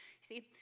See